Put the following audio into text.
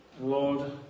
Lord